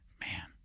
man